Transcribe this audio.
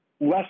less